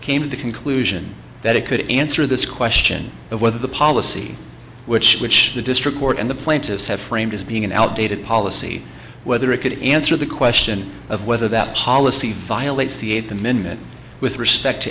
came to the conclusion that it could answer this question but whether the policy which which the district court and the plaintiffs have framed as being an outdated policy whether it could answer the question of whether that policy violates the eighth amendment with respect